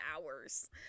hours